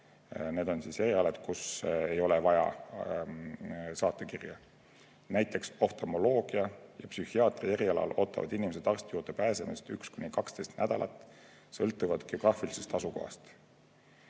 Need on alad, kus ei ole vaja saatekirja, näiteks oftalmoloogia ja psühhiaatria erialal ootavad inimesed arsti juurde pääsemist 1–12 nädalat, sõltuvalt geograafilisest asukohast.